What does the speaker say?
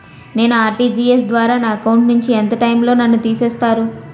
నేను ఆ.ర్టి.జి.ఎస్ ద్వారా నా అకౌంట్ నుంచి ఎంత టైం లో నన్ను తిసేస్తారు?